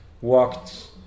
walked